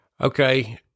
Okay